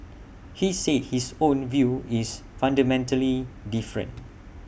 he said his own view is fundamentally different